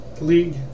League